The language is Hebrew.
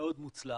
מאוד מוצלח,